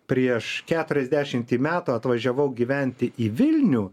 prieš keturiasdešimtį metų atvažiavau gyventi į vilnių